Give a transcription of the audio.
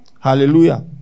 Hallelujah